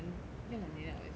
要两年 liao eh 其实